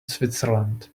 switzerland